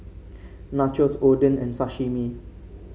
Nachos Oden and Sashimi